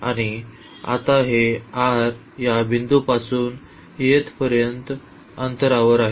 आणि आता हे r या बिंदूपासून येथपर्यंत अंतरावर आहे